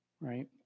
right